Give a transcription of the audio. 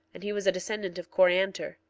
and he was a descendant of coriantor.